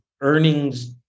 earnings